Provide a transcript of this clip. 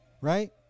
right